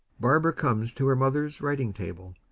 barbara comes to her mother's writing table.